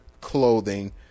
clothing